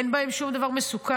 אין בהם שום דבר מסוכן.